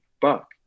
buck